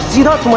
you! who